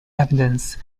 evidence